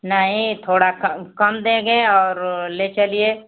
नहीं थोड़ा कम देंगे और ले चलिए